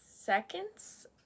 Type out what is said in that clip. seconds